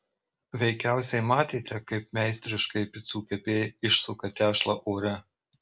veikiausiai matėte kaip meistriškai picų kepėjai išsuka tešlą ore